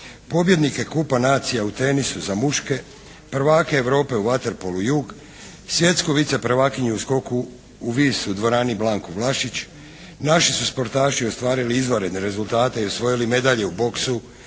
pobjednike Kupa nacija u tenisu za muške, prvake Europe u vaterpolu "Jug", svjetsku viceprvakinju u skoku u vis u dvorani Blanku Vlašić, naši su sportaši ostvarili izvanredne rezultate i osvojili medalje u boksu,